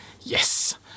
Yes